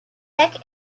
eek